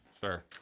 Sure